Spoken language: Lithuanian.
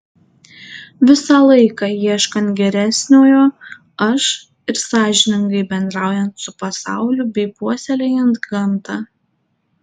visą laiką ieškant geresniojo aš ir sąžiningai bendraujant su pasauliu bei puoselėjant gamtą